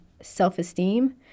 self-esteem